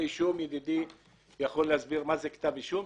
ידידי יכול להסביר מה זה כתב אישום.